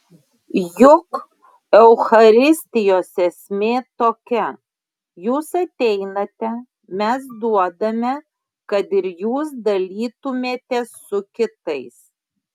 juk eucharistijos esmė tokia jūs ateinate mes duodame kad ir jūs dalytumėtės su kitais